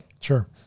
sure